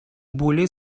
более